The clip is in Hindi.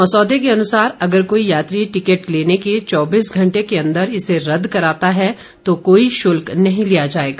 मसौदे के अनुसार अगर कोई यात्री टिकट लेने के चौबीस घंटे के अंदर इसे रद्द कराता है तो कोई शुल्क नहीं लिया जाएगा